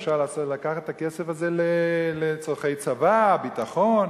אפשר לקחת את הכסף הזה לצורכי צבא, ביטחון.